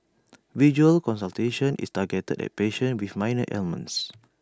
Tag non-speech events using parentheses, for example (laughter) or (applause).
(noise) virtual consultation is targeted at patients with minor ailments